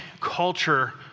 culture